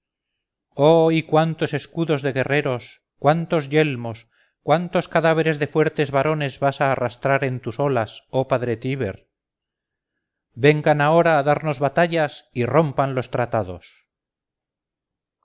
y cuántos escudos de guerreros cuántos yelmos cuántos cadáveres de fuertes varones vas a arrastrar en tus olas oh padre tíber vengan ahora a darnos batallas y rompan los tratados